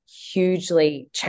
hugely